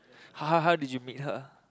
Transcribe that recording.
how how how did you meet her